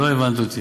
לא הבנת אותי.